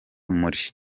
muri